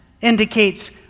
indicates